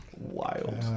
Wild